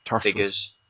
figures